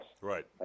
Right